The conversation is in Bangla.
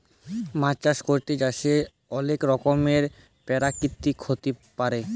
মাছ চাষ ক্যরতে যাঁয়ে অলেক রকমের পেরাকিতিক ক্ষতি পারে